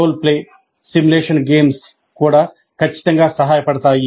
role play simulation games కూడా ఖచ్చితంగా సహాయపడతాయి